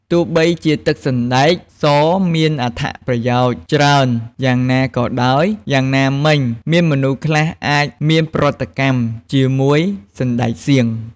ទោះបីជាទឹកសណ្តែកសមានអត្ថប្រយោជន៍ច្រើនយ៉ាងណាក៏ដោយ យ៉ាងណាមិញ មានមនុស្សខ្លះអាចមានប្រតិកម្មជាមួយសណ្តែកសៀង។